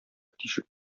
тишек